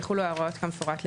יחולו ההוראות כמפורט להלן,